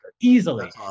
easily